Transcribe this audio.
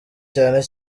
cyane